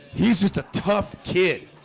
he's just a tough kid